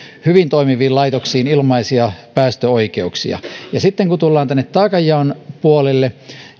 hyvin toimiviin laitoksiin ilmaisia päästöoikeuksia sitten kun tullaan tänne taakanjaon puolelle